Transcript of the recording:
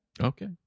Okay